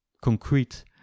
concrete